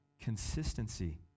Consistency